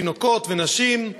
תינוקות ונשים,